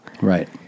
Right